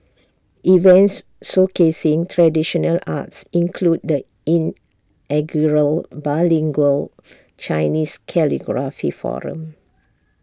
events showcasing traditional arts include the inaugural bilingual Chinese calligraphy forum